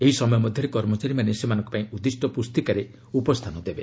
ଏହି ସମୟ ମଧ୍ୟରେ କର୍ମଚାରୀମାନେ ସେମାନଙ୍କ ପାଇଁ ଉଦ୍ଦିଷ୍ଟ ପ୍ରସ୍ତିକାରେ ଉପସ୍ଥାନ ଦେବେ